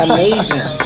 Amazing